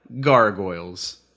Gargoyles